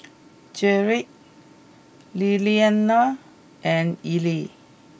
Gearld Lilianna and Eli